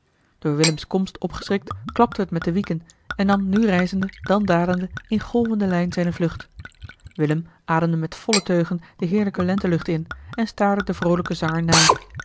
door willems komst opgeschrikt klapte het met de wieken en nam nu rijzende dan dalende in golvende lijn zijne vlucht willem ademde met volle teugen de heerlijke lentelucht in en staarde den vroolijken zanger na